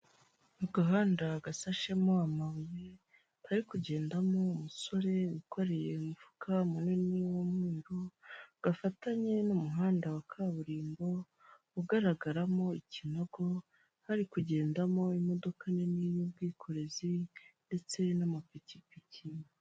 Agahanda gasashemo amabuye ka kugendamo umusore wikoreye umufuka munini w'umweru, gafatanye n'umuhanda wa kaburimbo, ugaragaramo ikinago hari kugendamo imodoka nini y'ubwikorezi, ndetse n'amapikipiki.